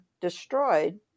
destroyed